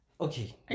Okay